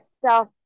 self